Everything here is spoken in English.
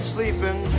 sleeping